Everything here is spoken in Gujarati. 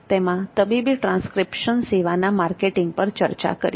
તેમાં તબીબી ટ્રાંસ્ક્રિપ્શન સેવાના માર્કેટિંગ પર ચર્ચા કરીએ